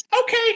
Okay